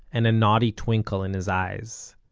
and a naughty twinkle in his eyes.